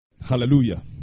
Hallelujah